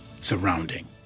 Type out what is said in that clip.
surrounding